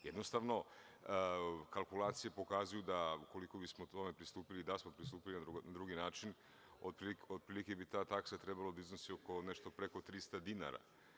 Jednostavno, kalkulacije pokazuju da ukoliko bismo tome pristupili, da smo pristupili na drugi način, otprilike bi ta taksa trebalo da iznosi preko 300 dinara.